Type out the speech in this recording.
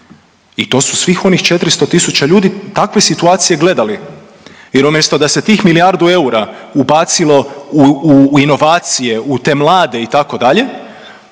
I to su svih onih 400 tisuća ljudi takve situacije gledali jer umjesto da se tih milijardu eura ubacilo u inovacije, u te mlade itd.,